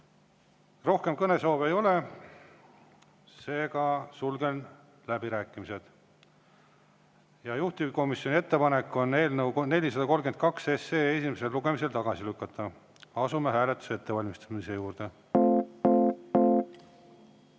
Rohkem kõnesoove ei ole, seega sulgen läbirääkimised. Juhtivkomisjoni ettepanek on eelnõu 432 esimesel lugemisel tagasi lükata. Asume hääletuse ettevalmistamise juurde.